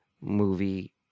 movie